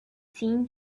seen